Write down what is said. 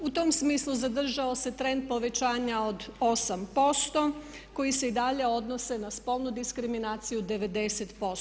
U tom smislu zadržao se trend povećanja od 8% koji se i dalje odnose na spolnu diskriminaciju 90%